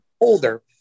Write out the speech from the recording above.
older